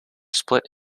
split